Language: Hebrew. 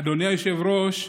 אדוני היושב-ראש,